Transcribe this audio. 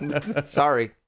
Sorry